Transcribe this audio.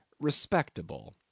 respectable